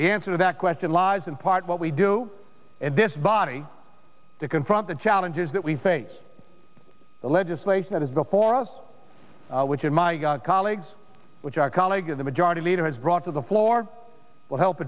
the answer to that question lies in part what we do in this body to confront the challenges that we face the legislation that is before us which in my colleagues which a colleague of the majority leader has brought to the floor will help